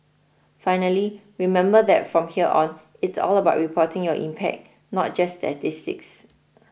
finally remember that from here on it's all about reporting your impact not just statistics